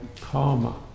karma